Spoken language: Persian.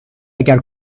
اگر